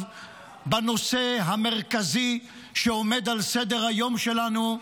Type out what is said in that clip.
בנושא המרכזי שעומד על סדר-היום שלנו: